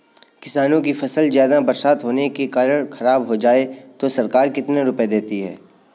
किसानों की फसल ज्यादा बरसात होने के कारण खराब हो जाए तो सरकार कितने रुपये देती है?